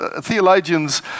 theologians